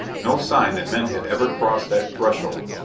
no sign that men had ever crossed that threshold,